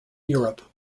europe